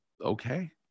Okay